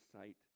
sight